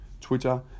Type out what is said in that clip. Twitter